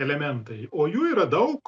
elementai o jų yra daug